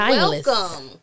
welcome